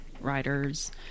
writers